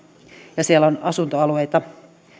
ja siellä on useampia asuntoalueita